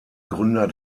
gründer